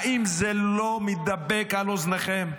האם זה לא מידפק על אוזניכם?